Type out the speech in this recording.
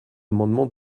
amendement